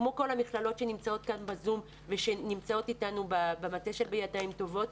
כמו כל המכללות שנמצאות אתנו כאן ב-זום ונמצאים במטה של בידיים טובות.